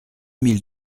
mille